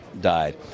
died